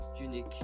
unique